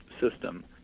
system